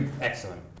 Excellent